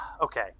okay